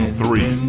three